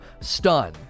stun